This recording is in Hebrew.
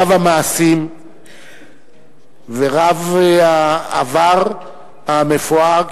רב המעשים ורב העבר המפואר,